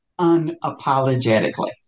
unapologetically